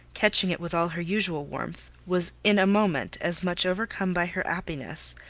catching it with all her usual warmth, was in a moment as much overcome by her happiness,